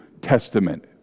Testament